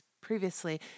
previously